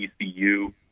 ECU